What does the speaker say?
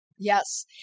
Yes